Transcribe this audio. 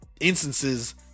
instances